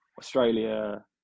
Australia